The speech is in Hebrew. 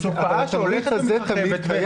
זו תופעה שהולכת ומתרחבת.